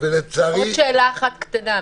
ולצערי --- עוד שאלה קטנה.